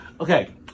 Okay